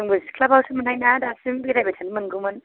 जोंबो सिख्लाबासोमोनहाय ना दासिम बेरायबाय थानो मोनगौमोन